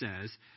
says